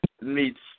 meets –